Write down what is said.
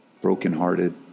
Brokenhearted